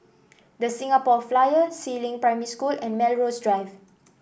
The Singapore Flyer Si Ling Primary School and Melrose Drive